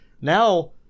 Now